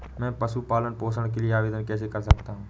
मैं पशु पालन पोषण के लिए आवेदन कैसे कर सकता हूँ?